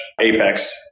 Apex